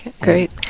Great